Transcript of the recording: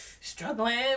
struggling